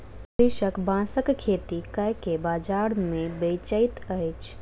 कृषक बांसक खेती कय के बाजार मे बेचैत अछि